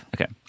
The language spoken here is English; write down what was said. Okay